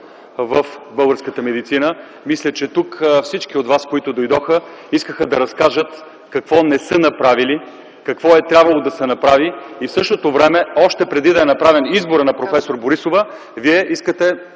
в българската медицина, всички от вас, които дойдоха, искаха да разкажат какво не са направили, какво е трябвало да се направи и в същото време, още преди да е направен изборът на проф. Борисова, Вие искате